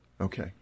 Okay